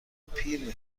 پیر